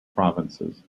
provinces